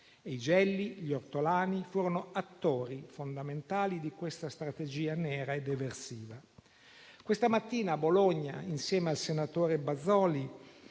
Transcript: I Gelli e gli Ortolani furono attori fondamentali di questa strategia nera ed eversiva. Questa mattina a Bologna, insieme al senatore Bazoli,